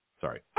Sorry